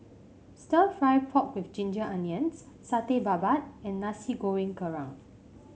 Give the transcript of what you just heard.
stir fry pork with Ginger Onions Satay Babat and Nasi Goreng Kerang